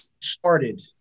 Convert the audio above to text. started